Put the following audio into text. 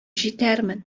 җитәрмен